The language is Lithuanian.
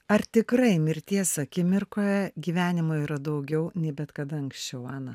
ar tikrai mirties akimirkoje gyvenimo yra daugiau nei bet kada anksčiau ana